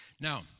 Now